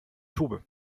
tube